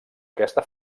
aquesta